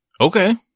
Okay